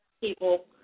People